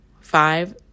Five